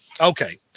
Okay